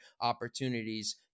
opportunities